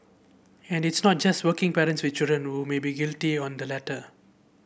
and it's not just working parents with children who may be guilty on the latter